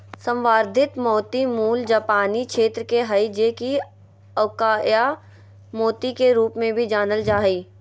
संवर्धित मोती मूल जापानी क्षेत्र के हइ जे कि अकोया मोती के रूप में भी जानल जा हइ